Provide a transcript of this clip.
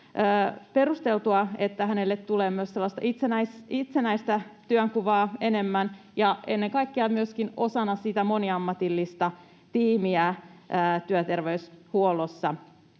perusteltua, että hänelle tulee myös sellaista itsenäistä työnkuvaa enemmän ja ennen kaikkea myöskin osana sitä moniammatillista tiimiä työterveyshuollossa.